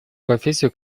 профессию